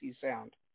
sound